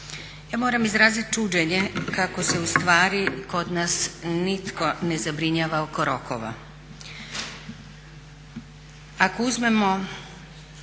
Ja moram izraziti čuđenje kako se ustvari kod nas nitko ne zabrinjava oko rokova.